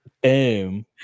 Boom